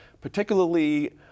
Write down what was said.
particularly